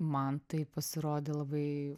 man tai pasirodė labai